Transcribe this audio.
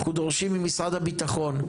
אנחנו דורשים ממשרד הביטחון,